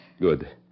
Good